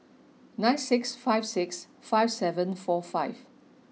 nine six five six five seven four five